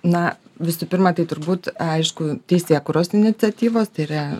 na visų pirma tai turbūt aišku teisėkūros iniciatyvos tai yra